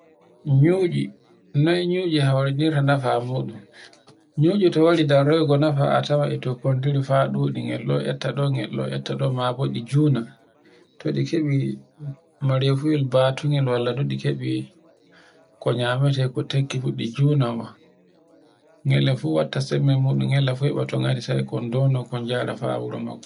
nyucci, noy nyucci hawrininta nafa muɗum. Nyucci to to woni darrowgo nefa a tawan e tokkontiri fa ɗuɗi ngel ɗo etta ɗo, ngel ɗo mabo ɗi juna. To ɗi keɓi marefuyel batugel walla dude keɓi, konyamete ko tokki fu ɗi juna mo ngele fu watta sembe muɗum yalla fu heɓa sai kon dono kol njara faa wuro nokku.